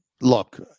Look